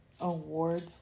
awards